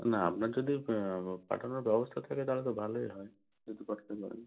না আপনার যদি পাঠানোর ব্যবস্থা থাকে তাহলে তো ভালোই হয় যদি পাঠাতে পারেন